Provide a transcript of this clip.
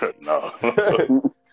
No